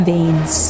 Veins